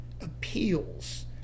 appeals